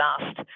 asked